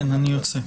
כן, אני יוצא.